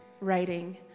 writing